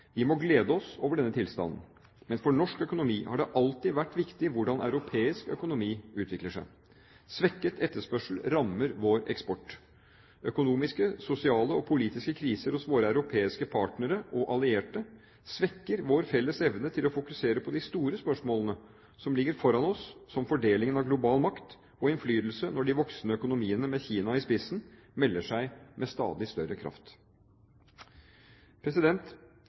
Vi må glede oss over denne tilstanden. Men for norsk økonomi har det alltid vært viktig hvordan europeisk økonomi utvikler seg. Svekket etterspørsel rammer vår eksport. Økonomiske, sosiale og politiske kriser hos våre europeiske partnere og allierte svekker vår felles evne til å fokusere på de store spørsmålene som ligger foran oss, som fordelingen av global makt og innflytelse når de voksende økonomiene, med Kina i spissen, melder seg med stadig større kraft.